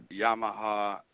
Yamaha